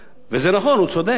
לא צריך שר להגנת העורף.